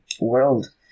world